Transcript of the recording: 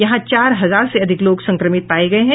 यहां चार हजार से अधिक लोग संक्रमित पाये गये हैं